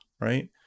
right